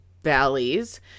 valleys